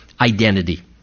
identity